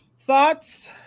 thoughts